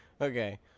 okay